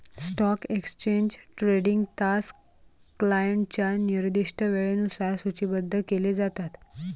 stock exchange trading तास क्लायंटच्या निर्दिष्ट वेळेनुसार सूचीबद्ध केले जातात